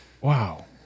Wow